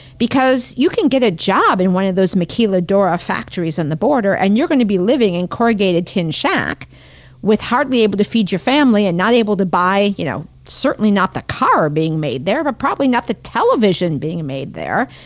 because you can get a job in one of those maquiladora factories on and the border, and you're gonna be living in corrugated tin shack with hardly able to feed your family and not able to buy, you know certainly not the car being made there. and but probably not the television being made there.